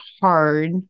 hard